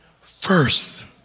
first